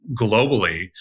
globally